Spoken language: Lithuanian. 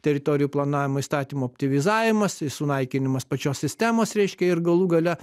teritorijų planavimo įstatymo optimizavimas ir sunaikinimas pačios sistemos reiškia ir galų gale